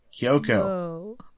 Kyoko